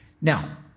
Now